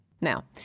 Now